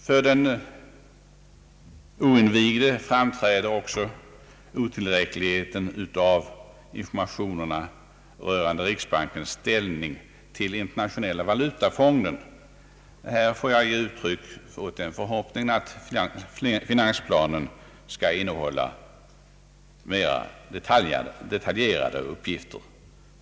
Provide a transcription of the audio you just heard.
För den oinvigde framträder också otillräckligheten av informationerna rörande riksbankens ställning till Internationella valutafonden. Här får jag ge uttryck åt den förhoppningen att finansplanen skall innehålla mera detaljerade uppgifter.